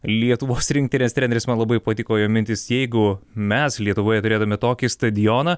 lietuvos rinktinės treneris man labai patiko jo mintis jeigu mes lietuvoje turėdami tokį stadioną